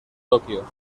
tokio